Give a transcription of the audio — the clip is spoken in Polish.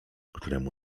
któremu